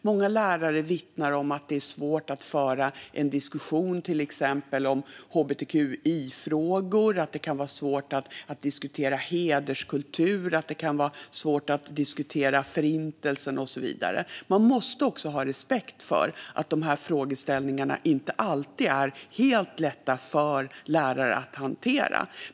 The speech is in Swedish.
Många lärare vittnar om att det kan vara svårt att föra en diskussion om till exempel hbtqi-frågor, hederskultur, Förintelsen och så vidare. Man måste också ha respekt för att de här frågeställningarna inte alltid är helt lätta för lärare att hantera.